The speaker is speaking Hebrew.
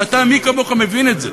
ומי כמוך מבין את זה.